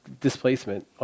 Displacement